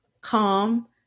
calm